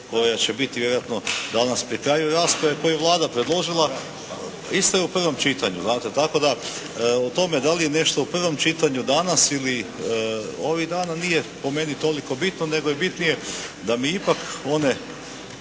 koje će biti vjerojatno danas pri kraju rasprave koje je Vlada predložila isto je u prvome čitanju. Znate, tako da, o tome da li je nešto u prvom čitanju danas, ili ovih dana, nije po meni toliko bitno, nego je bitnije da mi ipak one